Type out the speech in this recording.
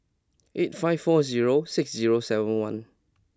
eight five four zero six zero seven one